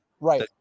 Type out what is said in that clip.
Right